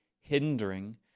hindering